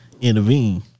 intervene